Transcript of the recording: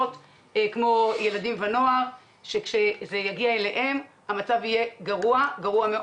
כמו ילדים ונוער שכשזה יגיע אליהם המצב יהיה גרוע,